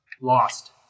Lost